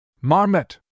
Marmot